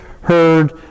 heard